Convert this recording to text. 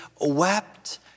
wept